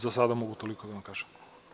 Za sada mogu toliko da vam kažem.